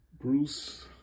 Bruce